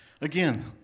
Again